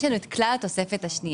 יש לנו את כלל התוספת השנייה,